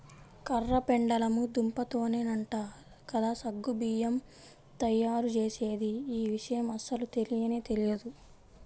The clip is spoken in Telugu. కర్ర పెండలము దుంపతోనేనంట కదా సగ్గు బియ్యం తయ్యారుజేసేది, యీ విషయం అస్సలు తెలియనే తెలియదు